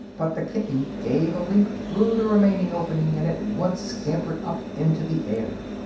but the kitten gave a leap through the remaining opening and at once scampered up into the air.